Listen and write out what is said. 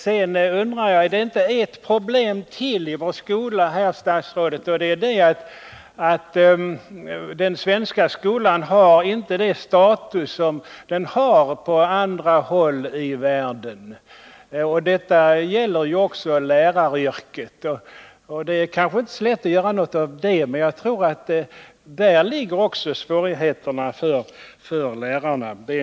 Sedan undrar jag, fru statsråd, om det inte är ytterligare ett problem i vår skola, nämligen det att den svenska skolan inte har samma status som skolan på andra håll i världen. Detta gäller också läraryrket. Det är kanske inte så lätt att skydda lärare för psykiska besvär att göra någonting åt saken, men jag tror att även detta är en av orsakerna till lärarnas svårigheter.